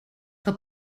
que